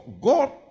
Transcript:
God